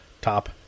top